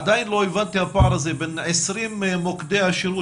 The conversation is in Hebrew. עדיין לא הבנתי את הפער הזה בין 20 מוקדי השירות